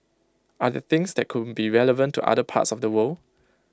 are there things that could be relevant to other parts of the world